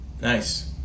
Nice